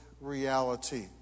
reality